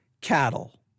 cattle